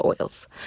oils